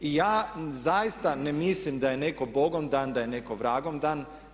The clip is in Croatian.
I ja zaista ne mislim da je netko bogom dan, da je netko vragom dan.